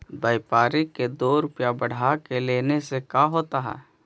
व्यापारिक के दो रूपया बढ़ा के लेने से का होता है?